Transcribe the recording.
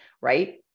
right